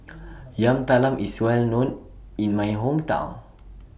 Yam Talam IS Well known in My Hometown